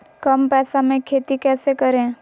कम पैसों में खेती कैसे करें?